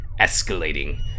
Escalating